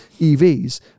EVs